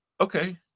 okay